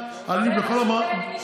זה מה שבית משפט אמר.